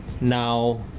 now